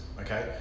Okay